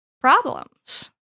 problems